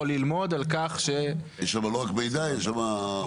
ללמוד על כך -- יש שם לא רק מידע יש שם,